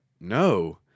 no